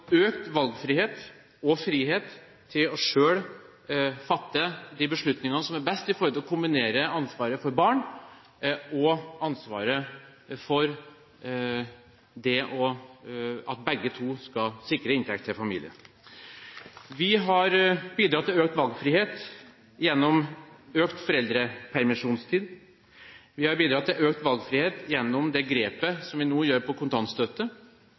økt valgfrihet og frihet til selv å fatte de beslutningene som er best når det gjelder å kombinere ansvaret for barn med ansvaret for at begge foreldrene skal sikre inntekter til familien. Vi har bidratt til økt valgfrihet gjennom økt foreldrepermisjonstid. Vi har bidratt til økt valgfrihet gjennom det grepet vi nå gjør